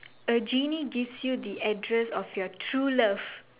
a genie gives you the address of your true love